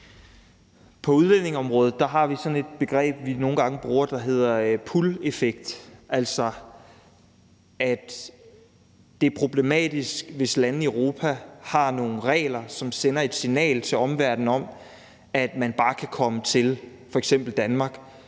På udlændingeområdet har vi sådan et begreb, vi nogle gange bruger, der hedder pull-effekt, altså at det er problematisk, hvis lande i Europa har nogle regler, som sender et signal til omverdenen om, at man bare kan komme til f.eks. Danmark,